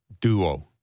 duo